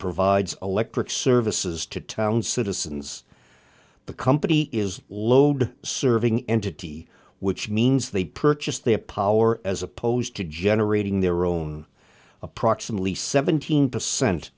provides electric services to town citizens the company is load serving entity which means they purchase their power as opposed to generating their own approximately seventeen percent